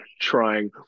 trying